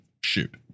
shoot